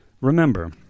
remember